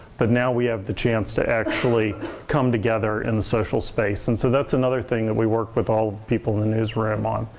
but now we have the chance to actually come together in the social space and so that's another thing that we work with all people in the newsroom on.